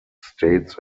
states